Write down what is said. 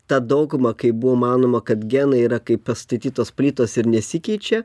ta dauguma kai buvo manoma kad genai yra kaip pastatytos plytos ir nesikeičia